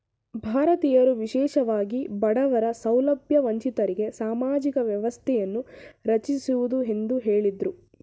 ಭಾರತೀಯರು ವಿಶೇಷವಾಗಿ ಬಡವರ ಸೌಲಭ್ಯ ವಂಚಿತರಿಗೆ ಸಾಮಾಜಿಕ ವ್ಯವಸ್ಥೆಯನ್ನು ರಚಿಸುವುದು ಎಂದು ಹೇಳಿದ್ರು